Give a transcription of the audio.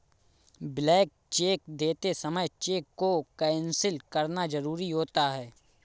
blank cheque देते समय cheque को कैंसिल करना जरुरी होता है